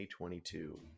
2022